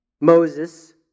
Moses